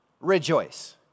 Rejoice